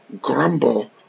grumble